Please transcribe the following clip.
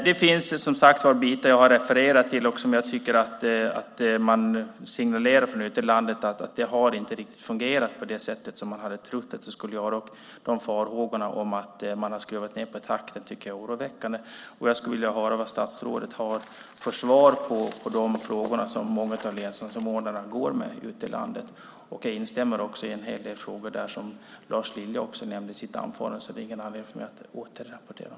Det finns delar i fråga om detta som man ute i landet har signalerat inte har fungerat riktigt på det sätt som man hade trott att det skulle göra. Farhågorna om att regeringen har skruvat ned på takten tycker jag är oroväckande. Jag skulle vilja höra vilka svar som statsrådet har på de frågor som många av samordnarna ute i landet har. Jag instämmer också i en hel del av de frågor som Lars Lilja tog upp i sitt anförande, och det finns ingen anledning för mig att upprepa dem.